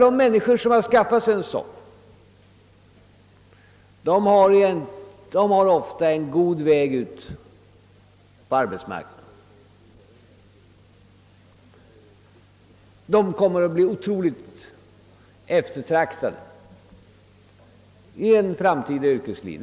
De människor som skaffat sig en sådan utbildning har ofta lätt att bli placerade på arbetsmarknaden. Jag tror att de kommer att bli otroligt eftertraktade i ett framtida yrkesliv.